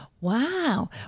wow